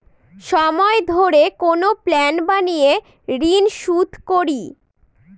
সময় ধরে কোনো প্ল্যান বানিয়ে ঋন শুধ করি